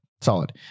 Solid